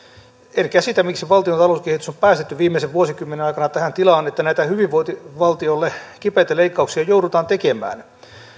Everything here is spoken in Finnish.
en käsitä miksi valtion talouskehitys on on päästetty viimeisen vuosikymmenen aikana tähän tilaan että näitä hyvinvointivaltiolle kipeitä leikkauksia joudutaan tekemään